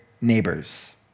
neighbors